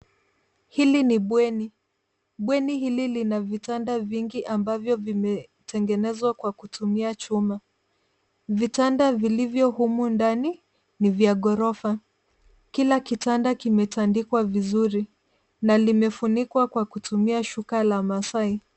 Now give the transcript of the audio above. Hili ni bweni. Bweni hili lina vitanda vingi ambavyo vimetengenezwa kwa kutumia chuma. Vitanda vilivyo humu ndani ni vya ghorofa. Kila kitanda kimetandikwa vizuri na limefunikwa kwa kutumia shuka la maasai.